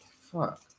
fuck